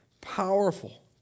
powerful